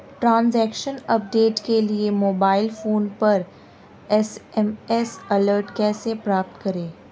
Transaction update के लिए mobile phone पर एस.एम.एस अलर्ट कैसे प्राप्त करें?